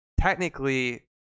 technically